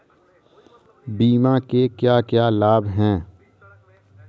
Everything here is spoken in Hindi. बीमा के क्या क्या लाभ हैं?